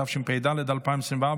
התשפ"ד 2024,